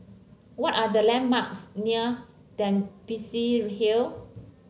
what are the landmarks near Dempsey Hill